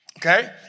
Okay